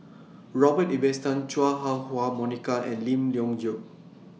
Robert Ibbetson Chua Ah Huwa Monica and Lim Leong Geok